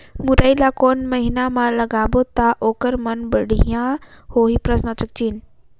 मुरई ला कोन महीना मा लगाबो ता ओहार मान बेडिया होही?